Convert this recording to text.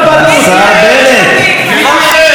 ראינו אותך, השר בנט, השר בנט.